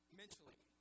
mentally